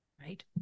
Right